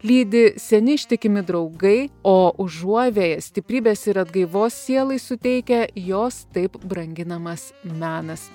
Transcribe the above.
lydi seni ištikimi draugai o užuovėja stiprybės ir atgaivos sielai suteikia jos taip branginamas menas